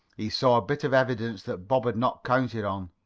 he saw a bit of evidence that bob had not counted on.